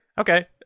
Okay